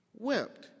wept